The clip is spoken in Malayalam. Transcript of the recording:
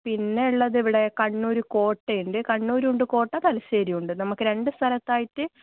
പിന്നെ ഉള്ളത് ഇവിടെ കണ്ണൂർ കോട്ടയുണ്ട് കണ്ണരുമുണ്ട് കോട്ട തലശ്ശേരിയുമുണ്ട് നമുക്ക് രണ്ട് സ്ഥലത്തായിട്ട്